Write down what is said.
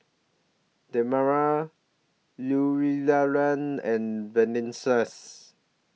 Damari Eulalia and